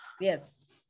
Yes